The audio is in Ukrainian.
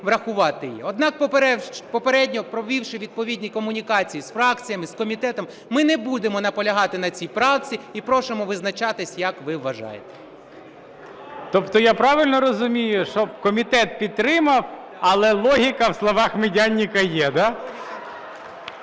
Однак попередньо, провівши відповідні комунікації з фракціями, з комітетом, ми не будемо наполягати на цій правці і просимо визначатись як ви вважаєте. ГОЛОВУЮЧИЙ. Тобто я правильно розумію, що комітет підтримав, але логіка в словах Медяника є, да?